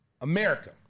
America